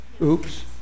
oops